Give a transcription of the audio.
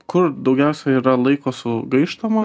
kur daugiausia yra laiko sugaištama